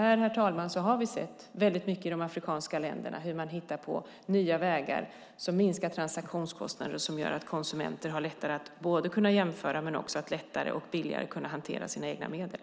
Här, herr talman, har vi i de afrikanska länderna sett hur man hittar nya vägar som minskar transaktionskostnaderna och gör det lättare för konsumenterna att jämföra och också gör det lättare och billigare att hantera sina egna medel.